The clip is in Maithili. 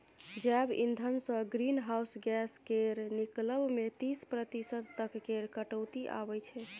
जैब इंधनसँ ग्रीन हाउस गैस केर निकलब मे तीस प्रतिशत तक केर कटौती आबय छै